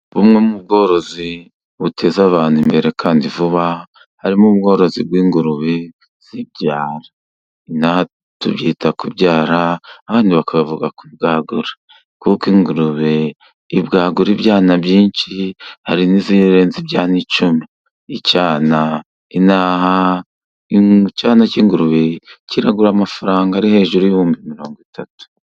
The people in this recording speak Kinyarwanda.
Bumwe mu bworozi buteza abantu imbere kandi vuba, harimo ubworozi bw'ingurube zibyara. Tubyita kubyara abandi bakavuga kubwagura, kuko ingurube ibwagura ibyana byinshi hari n'izirenza ibyana icumi. Icyana ino aha icyana cy'ingurube kiragura amafaranga ari hejuru'ibihumbi mirongo itatu.